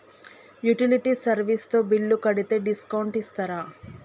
Utility service తో bill కడితే discount ఇస్తరా?